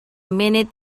minute